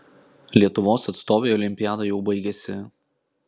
lietuvos atstovei olimpiada jau baigėsi